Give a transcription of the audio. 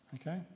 Okay